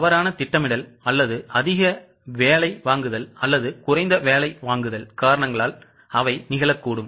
தவறான திட்டமிடல் அல்லது அதிக அதிக வேலை வாங்குதல் அல்லது குறைந்த வேலை வாங்குதல் காரணங்களால் அவை நிகழக்கூடும்